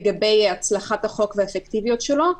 לגבי הצלחת החוק והאפקטיביות שלו.